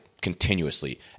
continuously